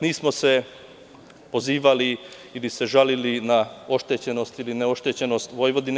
Nismo se pozivali ili žalili na oštećenost ili neoštećenost Vojvodine.